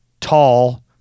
tall